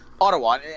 Ottawa